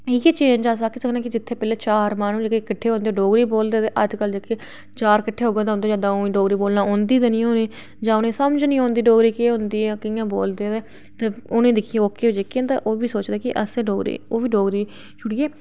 ते इयै चीज़ अस आक्खी सकनें कि जित्थै चार माह्नू जेह्के किट्ठे होंदे डोगरी बोलदे ते अज्जकल चार किट्ठे होङन ते दौं हिंदी बोलनी ते औंदी निं होनी जां उ'नेंगी समझ निं औंदी कि डोगरी केह् जां कि'यां बोलदे ते उंदे चक्करें ओह्के जेह्के डोगरी छुड़ियै